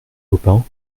baupin